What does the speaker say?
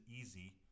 easy